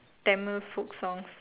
Tamil folk songs